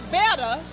better